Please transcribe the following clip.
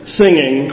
singing